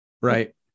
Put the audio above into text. Right